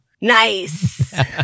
Nice